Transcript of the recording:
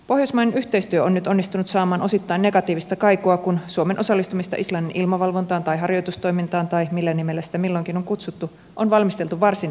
pohjoismainen yhteistyö on nyt onnistunut saamaan osittain negatiivista kaikua kun suomen osallistumista islannin ilmavalvontaan tai harjoitustoimintaan tai millä nimellä sitä milloinkin on kutsuttu on valmisteltu varsin epämääräisesti